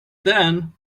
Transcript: then